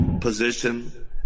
position